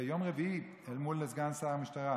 ביום רביעי מול סגן שר המשטרה,